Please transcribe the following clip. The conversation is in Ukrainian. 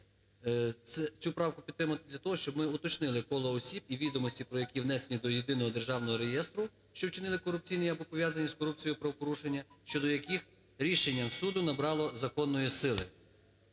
цю правку підтримати для того, щоб ми уточнили коло осіб і відомості, про яких внесено до Єдиного державного реєстру, що вчинили корупційні або пов'язані з корупцією правопорушення, щодо яких рішення суду набрало законної сили.